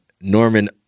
Norman